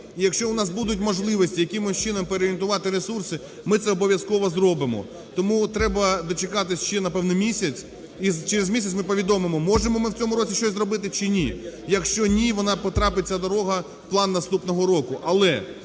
якщо у нас будуть можливості якимось чином переорієнтувати ресурси, ми це обов'язково зробимо. Тому треба дочекатись ще, напевно, місяць, і через місяць ми повідомимо можемо ми в цьому році щось зробити чи ні. Якщо ні, вона потрапить ця дорога в план наступного року.